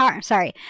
Sorry